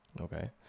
Okay